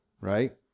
right